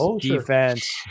defense